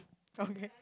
okay